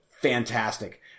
fantastic